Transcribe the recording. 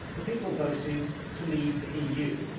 the people voted to leave the eu.